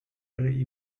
ihre